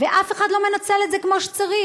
ואף אחד לא מנצל את זה כמו שצריך?